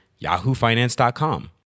yahoofinance.com